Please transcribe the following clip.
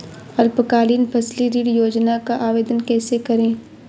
अल्पकालीन फसली ऋण योजना का आवेदन कैसे करें?